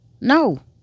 No